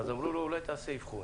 ואז התלמיד יכול לערער,